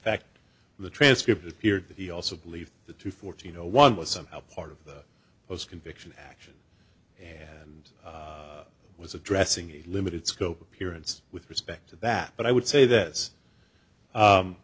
fact the transcript appeared that he also believed the two fourteen zero one was somehow part of his conviction action and was addressing a limited scope appearance with respect to that but i would say th